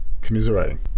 commiserating